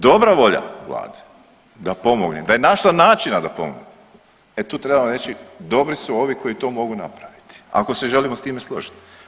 Dobra volja Vlade da pomogne, da je našla načina da pomogne, e tu trebamo reći, dobri su ovi koji to mogu napraviti, ako se želimo s time složiti.